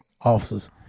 officers